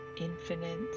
infinite